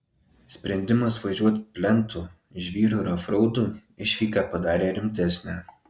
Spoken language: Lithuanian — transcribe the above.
sprendimas važiuot plentu žvyru ir ofraudu išvyką padarė rimtesnę